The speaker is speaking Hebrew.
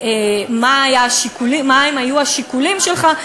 מה היו השיקולים שלך?